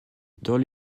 dans